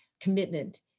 commitment